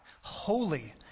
holy